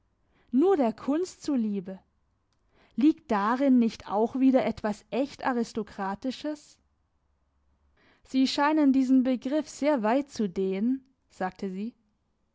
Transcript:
nur der kunst zu liebe liegt darin nicht auch wieder etwas echt aristokratisches sie scheinen diesen begriff sehr weit zu dehnen sagte sie